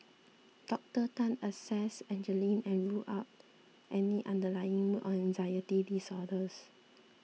Docter Tan assessed Angeline and ruled out any underlying mood or anxiety disorders